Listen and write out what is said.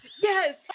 Yes